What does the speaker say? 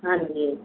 ਹਾਂਜੀ